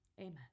Amen